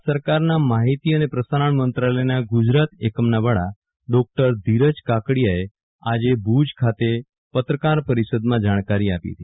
ભારત સરકારના માહિતી અને પ્રસારણ મંત્રાલયના ગુજરાત એકમના વડા ડોકટર ધીરજ કાકડીયાએ આજે ભુજ ખાતે પત્રકાર પરિષદમાં જાણકારી આપી હતી